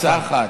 הצעה אחת.